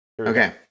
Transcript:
okay